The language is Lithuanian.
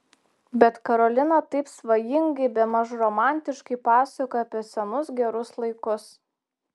bet karolina taip svajingai bemaž romantiškai pasakojo apie senus gerus laikus